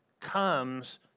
comes